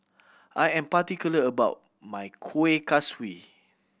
I am particular about my Kuih Kaswi